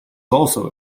also